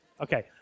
Okay